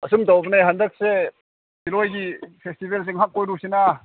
ꯑꯁꯨꯝ ꯇꯧꯕꯅꯦ ꯍꯟꯗꯛꯁꯦ ꯁꯤꯔꯣꯏꯒꯤ ꯐꯦꯁꯇꯤꯚꯦꯜꯁꯤ ꯉꯥꯏꯍꯥꯛ ꯀꯣꯏꯔꯨꯁꯤꯅ